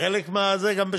בחלק גם בשבת,